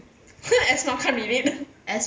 asthma can't relate